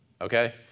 okay